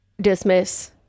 dismiss